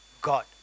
God